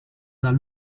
dal